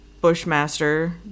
Bushmaster